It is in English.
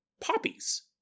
poppies